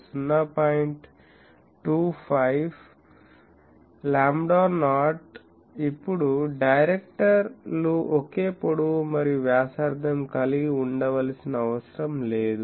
25 lambda naught ఇప్పుడు director లు ఒకే పొడవు మరియు వ్యాసార్థం కలిగి ఉండవలసిన అవసరం లేదు